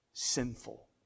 Sinful